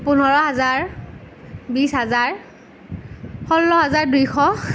পোন্ধৰ হাজাৰ বিছ হাজাৰ ষোল্ল হাজাৰ দুইশ